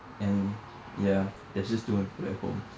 and ya there's just too many people at home